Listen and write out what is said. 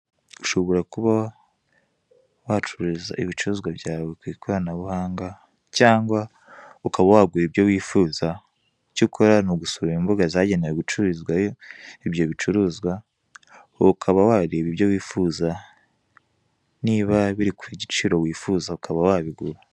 Ushobora kuba wacuruza ibicuruzwa byawe ku ikoranabuhanga cyangwa ukaba wagura ibyo wifuza, icyo ukora n'ugusura imbuga zagenewe gucuruza ibyo bicuruzwa, ukaba wareba ibyo wifuza niba biri giciro wifuza ,ukaba wabigura.